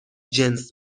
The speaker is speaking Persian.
جنس